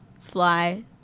fly